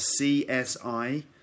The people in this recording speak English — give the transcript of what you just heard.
CSI